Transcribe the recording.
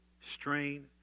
Strain